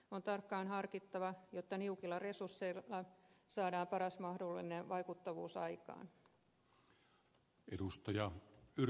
on tarkkaan harkittava jotta niukilla resursseilla saadaan paras mahdollinen vaikuttavuus aikaan